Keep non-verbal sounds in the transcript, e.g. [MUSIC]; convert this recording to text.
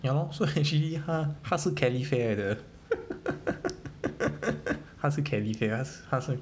ya lor so actually 他他是 calefare 来的 [LAUGHS] 他是 calefare 他他是